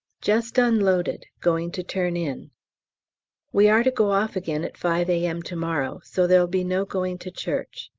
just unloaded, going to turn in we are to go off again at five a m. to-morrow, so there'll be no going to church.